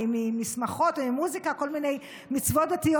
משמחות וממוזיקה וכל מיני מצוות דתיות,